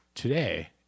Today